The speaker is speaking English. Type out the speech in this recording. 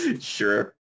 sure